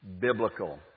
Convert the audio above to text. biblical